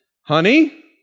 Honey